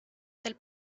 del